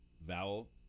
vowel